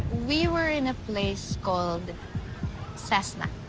we were in a place called cessna.